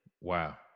Wow